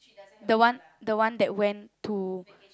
the one the one that went to